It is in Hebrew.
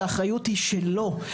והאחריות היא שלו.